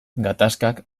gatazkak